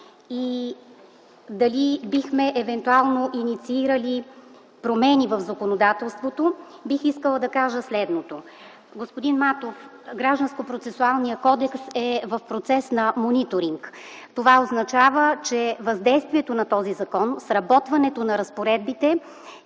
и дали бихме евентуално инициирали промени в законодателството, бих искала да кажа следното. Господин Матов, Гражданският процесуален кодекс е в процес на мониторинг. Това означава, че въздействието на този закон, сработването на разпоредбите